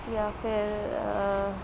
یا پھر